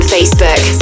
Facebook